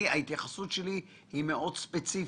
ההתייחסות שלי היא מאוד ספציפית.